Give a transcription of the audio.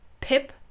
Pip